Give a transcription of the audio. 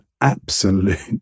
absolute